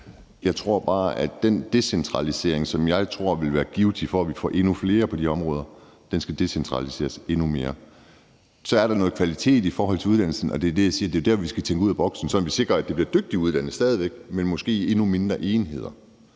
Jeg tror bare, at den decentralisering, som jeg mener vil være givtig, i forhold til at vi kan få endnu flere på de områder, skal øges. Så er der noget i forhold til kvalitet i uddannelsen, og der er det, jeg siger, at det er der, vi skal tænke ud af boksen, sådan at vi sikrer, at det stadig væk bliver gode uddannelser, men måske endnu mindre enheder.